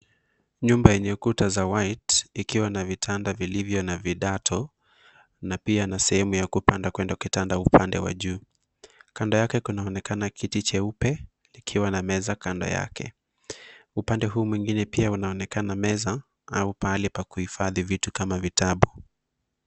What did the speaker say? Nyumba yenye kuta za White ikiwa na vitanda vilivyo na vidato na ia na sehemu ya kupanda kwenda kitanda uande wa juu. Kand yake kunaonekana kiti jeupe likiwa na meza kando yake. Upande huu mwingine pia unaonekana meza au pahali pa kuhifadhi vitu kama vitabu.